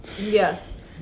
Yes